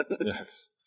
Yes